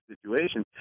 situation